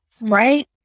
right